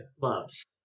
loves